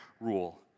rule